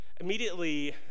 immediately